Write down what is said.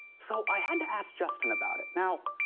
so, i had to ask justin about it. now,